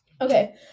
Okay